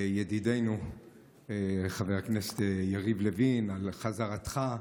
ידידנו חבר הכנסת יריב לוין, על חזרתך,